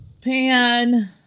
Pan